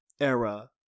era